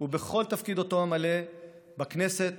ובכל תפקיד שאמלא בכנסת